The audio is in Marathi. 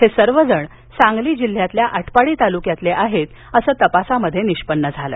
हे सर्वजण सांगली जिल्ह्यातील आटपाडी तालुक्यातले आहेत असं तपासात निष्पन्न झालं